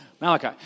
Malachi